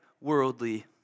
worldly